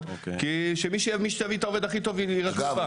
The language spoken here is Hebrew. כדי שמי שיביא את העובד כי טוב ייבחר.